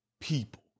people